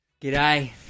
g'day